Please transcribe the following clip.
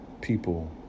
people